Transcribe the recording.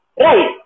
Right